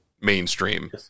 mainstream